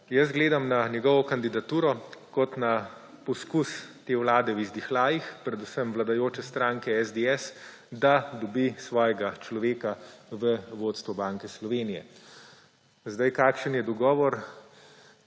Tako gledam na njegovo kandidaturo kot na poskus te vlade v izdihljajih, predvsem vladajoče stranke SDS, da dobi svojega človeka v vodstvo Banke Slovenije. Zdaj, kakšen je dogovor,